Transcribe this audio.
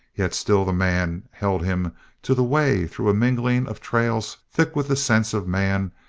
yet still the man held him to the way through a mingling of trails thick with the scents of man,